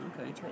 Okay